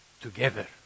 together